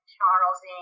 Charles